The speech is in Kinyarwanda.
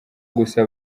gusa